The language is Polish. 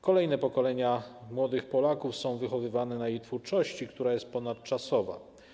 Kolejne pokolenia młodych Polaków są wychowywane na jej twórczości, która jest ponadczasowa.